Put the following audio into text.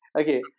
okay